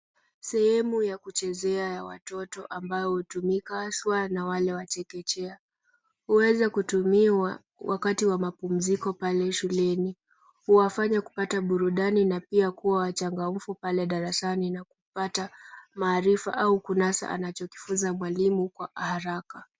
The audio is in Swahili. Sehemu ya kuchezea ya watoto ambao hutumika haswa na wale wachekecheka. Huweza kutumiwa wakati wa mapumziko pale shuleni. Huwafanya kupata burudani na pia kuwa wachangamfu pale darasani na kupata maarifa au kunasa anacho kifunza mwalimu kwa haraka.